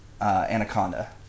anaconda